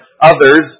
others